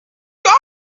going